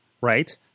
right